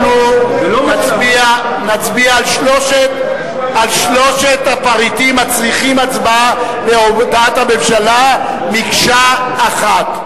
אנחנו נצביע על שלושת הפריטים הצריכים הצבעה בהודעת הממשלה מקשה אחת.